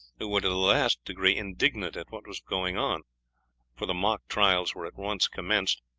who were to the last degree indignant at what was going on for the mock trials were at once commenced,